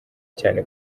cyane